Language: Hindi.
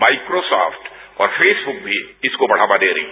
माइक्रोसॉफ्ट और फेसब्रक भी इसको बढ़ावा दे रही है